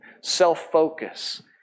self-focus